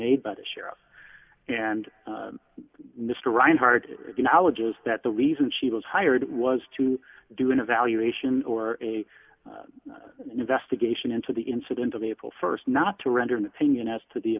made by the sheriff and mr reinhard the knowledge is that the reason she was hired was to do an evaluation or a investigation into the incident of april st not to render an opinion as to the